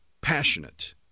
passionate